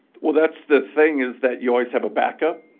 well, that's the thing is that you always have a backup.